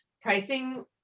pricing